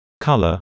Color